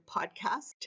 Podcast